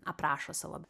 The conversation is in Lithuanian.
aprašo savo